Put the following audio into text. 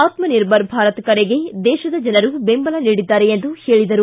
ಆತ್ಸನಿರ್ಭರ ಭಾರತ ಕರೆಗೆ ದೇಶದ ಜನರು ಬೆಂಬಲ ನೀಡಿದ್ದಾರೆ ಎಂದು ಹೇಳಿದರು